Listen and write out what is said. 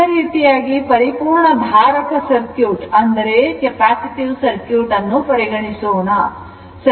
ಇದೇ ರೀತಿಯಾಗಿ ಪರಿಪೂರ್ಣ ಧಾರಕ ಸರ್ಕ್ಯೂಟ್ ಅನ್ನು ಪರಿಗಣಿಸೋಣ